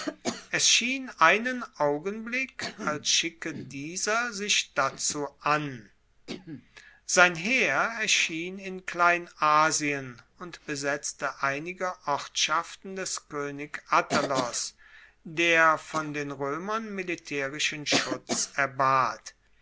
es schien einen augenblick als schicke dieser sich dazu an sein heer erschien in kleinasien und besetzte einige ortschaften des koenigs attalos der von den roemern militaerischen schutz erbat